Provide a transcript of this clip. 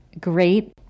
great